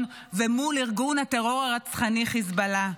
ומול ארגון הטרור הרצחני חיזבאללה.